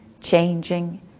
changing